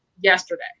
yesterday